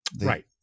Right